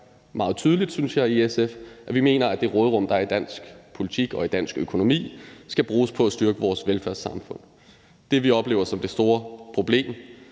meget tydeligt, synes jeg, i SF, at vi mener, at det råderum, der er i dansk politik og i dansk økonomi, skal bruges på at styrke vores velfærdssamfund. Det, vi oplever som det store problem,